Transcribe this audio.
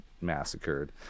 massacred